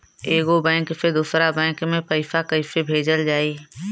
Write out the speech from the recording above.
एगो बैक से दूसरा बैक मे पैसा कइसे भेजल जाई?